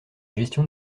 gestion